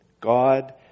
God